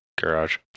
garage